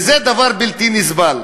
וזה דבר בלתי נסבל.